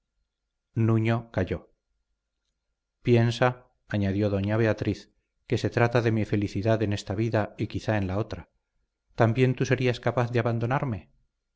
nuño calló piensa añadió doña beatriz que se trata de mi felicidad en esta vida y quizá en la otra también tú serías capaz de abandonarme